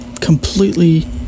completely